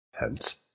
hence